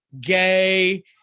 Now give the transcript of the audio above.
gay